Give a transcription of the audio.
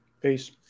Peace